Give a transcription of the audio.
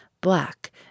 black